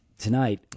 Tonight